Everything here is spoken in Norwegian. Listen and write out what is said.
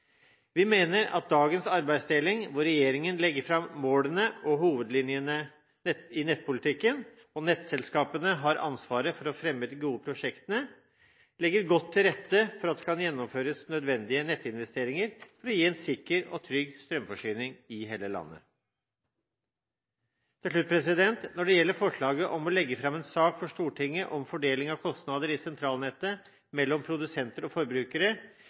Vi mener at dagens arbeidsdeling, hvor regjeringen legger fram målene og hovedlinjene i nettpolitikken og nettselskapene har ansvaret for å fremme de gode prosjektene, legger godt til rette for at det kan gjennomføres nødvendige nettinvesteringer for å gi en sikker og trygg strømforsyning i hele landet. Til slutt: Når det gjelder forslaget om å legge fram en sak for Stortinget om fordeling av kostnader i sentralnettet mellom produsenter og forbrukere,